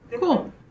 Cool